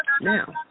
Now